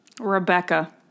Rebecca